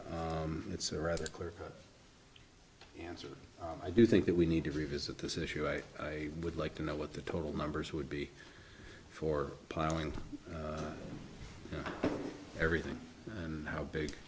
it's a rather clear answer i do think that we need to revisit this issue i would like to know what the total numbers would be for piling everything and how big